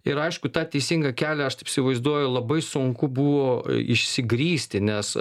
ir aišku tą teisingą kelią aš taip įsivaizduoju labai sunku buvo išsigrįsti nes